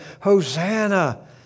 Hosanna